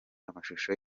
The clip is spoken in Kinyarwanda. amashusho